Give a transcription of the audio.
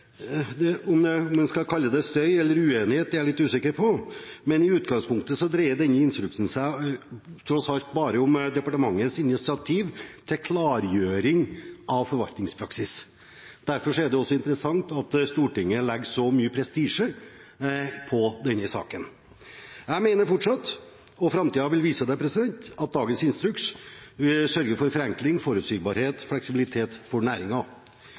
Om en skal kalle det støy eller uenighet, er jeg litt usikker på, men i utgangspunktet dreier denne instruksen seg tross alt bare om departementets initiativ til klargjøring av forvaltningspraksis. Derfor er det interessant at Stortinget legger så mye prestisje i denne saken. Jeg mener fortsatt – og framtiden vil vise det – at dagens instruks sørger for forenkling, forutsigbarhet og fleksibilitet for